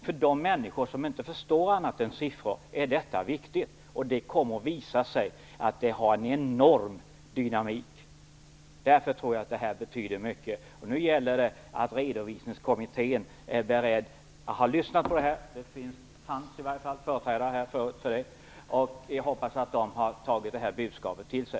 För de människor som inte förstår annat än siffror är detta viktigt, och det kommer att visa sig att det har en enorm dynamik. Därför tror jag att det här betyder mycket. Nu gäller det att Redovisningskommittén är beredd och har lyssnat på det här. Det fanns åtminstone tidigare företrädare för kommittén här. Jag hoppas att de har tagit det här budskapet till sig.